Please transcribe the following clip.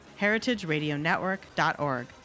heritageradionetwork.org